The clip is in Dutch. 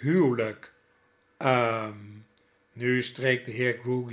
huwelyk hm nu streek de